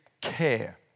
Care